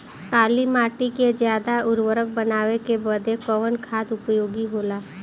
काली माटी के ज्यादा उर्वरक बनावे के बदे कवन खाद उपयोगी होला?